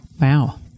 Wow